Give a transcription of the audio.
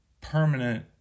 permanent